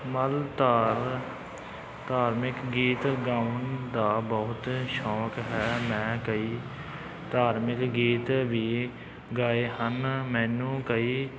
ਮਨ ਧਾਰ ਧਾਰਮਿਕ ਗੀਤ ਗਾਉਣ ਦਾ ਬਹੁਤ ਸ਼ੌਂਕ ਹੈ ਮੈਂ ਕਈ ਧਾਰਮਿਕ ਗੀਤ ਵੀ ਗਾਏ ਹਨ ਮੈਨੂੰ ਕਈ